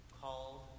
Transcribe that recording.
called